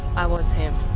i was him